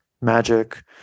magic